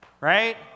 Right